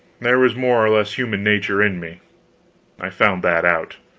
there was more or less human nature in me i found that out.